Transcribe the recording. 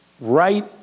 right